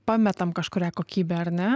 pametam kažkurią kokybę ar ne